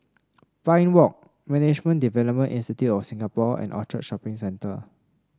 Pine Walk Management Development Institute of Singapore and Orchard Shopping Centre